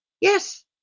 Yes